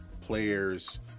players